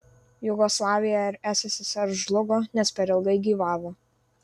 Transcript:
jugoslavija ir sssr žlugo nes per ilgai gyvavo